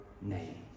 name